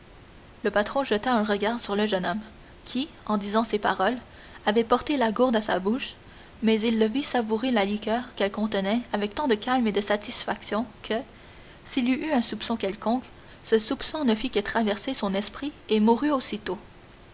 le patron jeta un regard sur le jeune homme qui en disant ces paroles avait porté la gourde à sa bouche mais il le vit savourer la liqueur qu'elle contenait avec tant de calme et de satisfaction que s'il eut eu un soupçon quelconque ce soupçon ne fit que traverser son esprit et mourut aussitôt